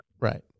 Right